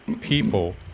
people